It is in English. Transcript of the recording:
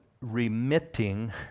remitting